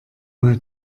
mal